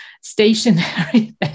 stationary